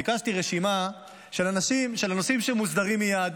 ביקשתי רשימה של הנושאים שמוסדרים מייד,